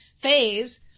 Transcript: phase